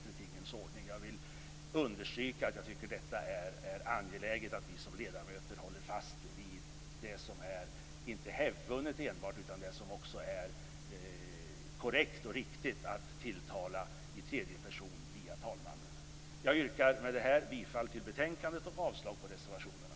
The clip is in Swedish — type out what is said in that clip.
Jag vill understryka att det är angeläget att vi som ledamöter håller fast vid den ordningen, som inte enbart är hävdvunnen utan även korrekt och riktig, att tilltal sker i tredje person via talmannen. Jag yrkar med detta bifall till utskottets hemställan och avslag på reservationerna.